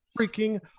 freaking